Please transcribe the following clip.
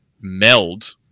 meld